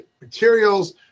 materials